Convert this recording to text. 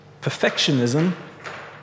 Perfectionism